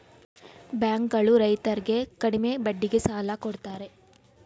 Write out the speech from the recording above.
bank ಗಳು ರೈತರರ್ಗೆ ಕಡಿಮೆ ಬಡ್ಡಿಗೆ ಸಾಲ ಕೊಡ್ತಾರೆ